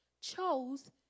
chose